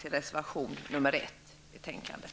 till reservation nr 1 i betänkandet.